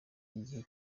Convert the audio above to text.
y’igihe